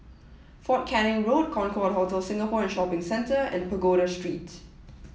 Fort Canning Road Concorde Hotel Singapore and Shopping Centre and Pagoda Street